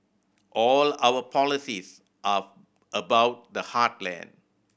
all our policies are about the heartland